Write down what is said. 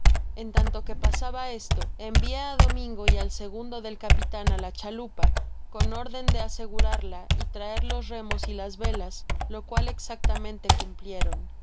en tanto que pasaba esto envié á domingo y al segundo del capitan á la chalupa con órden de asegurarla y traer los remos y las velas lo cual exactamente cumplieron